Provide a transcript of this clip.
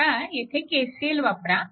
आता येथे KCL वापरा